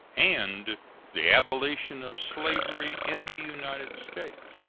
and the abolition of slavery in the united states.